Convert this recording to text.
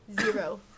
zero